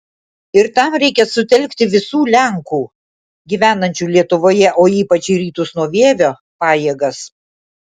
ir tam reikia sutelkti visų lenkų gyvenančių lietuvoje o ypač į rytus nuo vievio pajėgas